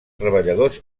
treballadors